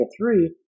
three